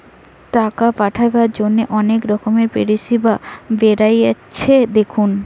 টাকা পাঠাবার জন্যে অনেক রকমের পরিষেবা বেরাচ্ছে দেখুন